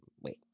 wait